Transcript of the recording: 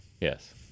yes